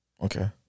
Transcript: Okay